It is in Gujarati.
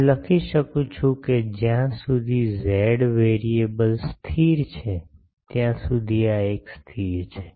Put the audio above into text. હું લખી શકું છું કે જ્યાં સુધી z વેરીએબલ સ્થિર છે ત્યાં સુધી આ એક સ્થિર છે